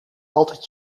altijd